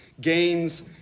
gains